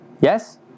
Yes